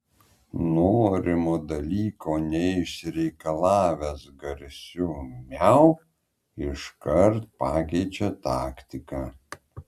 norimo dalyko neišsireikalavęs garsiu miau iškart pakeičia taktiką